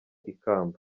ikamba